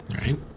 right